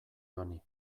honi